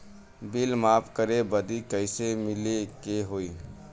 Bill माफ करे बदी कैसे मिले के होई?